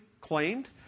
claimed